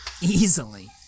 Easily